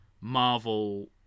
Marvel